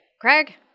Craig